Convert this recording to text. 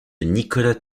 nicolas